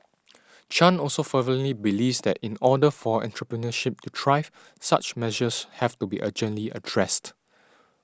Chan also fervently believes that in order for entrepreneurship to thrive such measures have to be urgently addressed